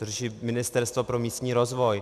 To řeší Ministerstvo pro místní rozvoj.